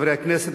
חברי הכנסת,